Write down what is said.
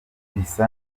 bisa